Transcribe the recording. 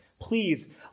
Please